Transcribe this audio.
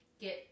get